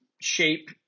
shape